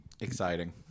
Exciting